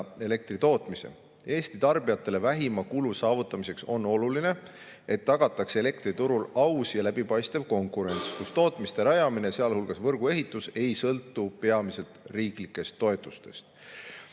elektritootmise. Eesti tarbijatele vähima kulu saavutamiseks on oluline, et tagataks elektriturul aus ja läbipaistev konkurents, kus tootmiste rajamine (sh võrguehitus) ei sõltu peamiselt riiklikest toetustest."